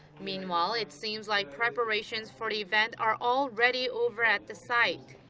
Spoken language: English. meanwhile, it seems like preparations for the event are all ready over at the site.